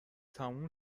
تموم